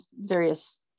various